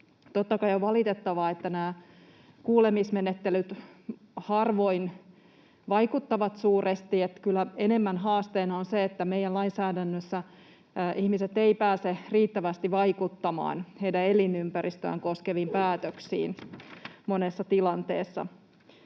Totta kai on valitettavaa, että nämä kuulemismenettelyt harvoin vaikuttavat suuresti, eli kyllä enemmän haasteena on se, että meidän lainsäädännössä ihmiset eivät pääse riittävästi vaikuttamaan elinympäristöänsä koskeviin päätöksiin monessa tilanteessa.